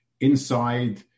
inside